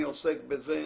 אני עוסק בזה,